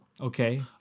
Okay